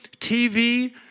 TV